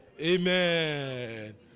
Amen